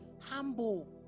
humble